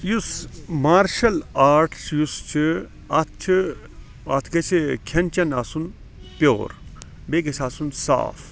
martial art یُس چھُ اتھ چھُ اتھ گَژھِ کھیٚن چیٚن آسُن پیٚور بیٚیہِ گَژھِ آسُن صاف